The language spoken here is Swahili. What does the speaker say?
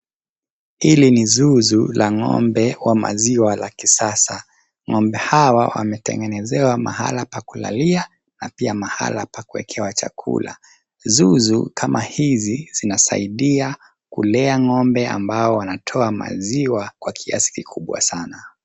Hili ni zuzu la ng'ombe wa maziwa la kisasa. Ng'ombe hawa wametengenezewa mahala pa kulalia na pia mahala pa kuwekewa chakula. Zuzu kama hizi zinasaidia kulea ng'ombe ambao wanatoa maziwa kwa kiasi kikubwa sana.